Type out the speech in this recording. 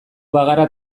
bagara